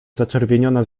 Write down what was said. zaczerwieniona